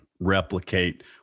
replicate